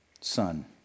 son